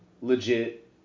legit